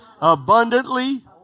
Abundantly